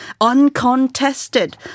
uncontested